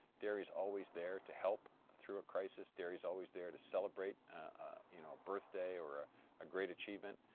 dairy is always there to help through a crisis, dairy is always there to celebrate you know a birthday or a great achievement.